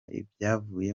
ibyavuye